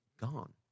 gone